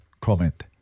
Comment